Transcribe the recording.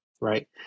Right